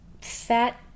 fat